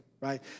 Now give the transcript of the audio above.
right